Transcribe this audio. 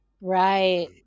Right